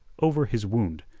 over his wound,